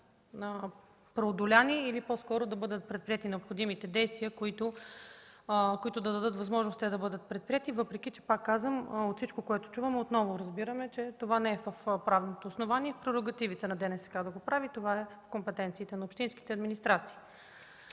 преодолени, или по-скоро да бъдат предприети необходимите действия, които да дадат възможност те да бъдат предприети, въпреки че, пак казвам, от всичко, което чуваме, отново разбираме, че това не е в правните основания и в прерогативите на ДНСК да го прави. Това е в компетенциите на общинските администрации.